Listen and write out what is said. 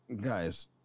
Guys